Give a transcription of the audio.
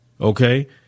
Okay